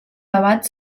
debat